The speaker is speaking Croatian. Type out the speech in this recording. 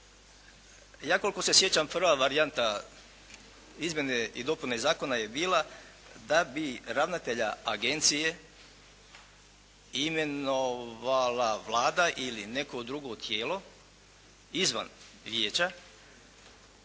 Ja koliko se sjećam, prva varijanta izmjene i dopune zakona je bila da bi ravnatelja agencije imenovala Vlada ili neko drugo tijelo izvan vijeća.